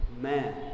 man